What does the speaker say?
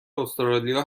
استرالیا